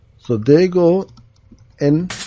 so they go in